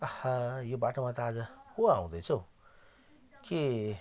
आहा यो बाटोमा त आज को आउँदैछ हो के